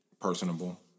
personable